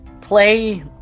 play